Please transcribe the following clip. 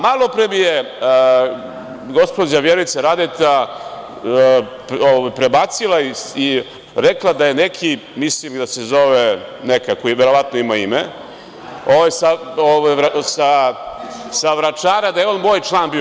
Malopre je gospođa Vjerica Radeta prebacila i rekla da je neki, mislim da se zove nekako, i verovatno ima ime, sa Vračara da je on moj član bio.